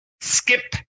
skip